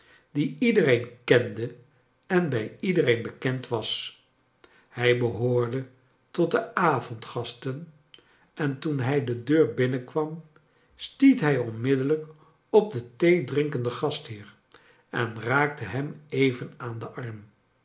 die iedereen kende en bij iedereen bekend was hij behoorde tot de avondgasten en toen hij de deur bmnenkwam stiet hij onmiddellgk op den theedrinkenden gastheer en raakte hem even aan den arm